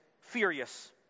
furious